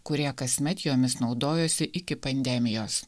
kurie kasmet jomis naudojosi iki pandemijos